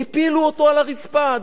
הפילו אותו על הרצפה,